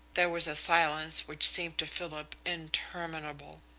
there was a silence which seemed to philip interminable.